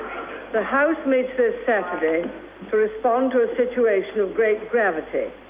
the house meets this saturday to respond to a situation of great gravity.